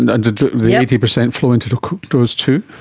and and did the eighty percent flow into dose two?